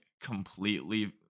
completely